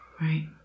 Right